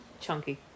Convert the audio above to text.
Chunky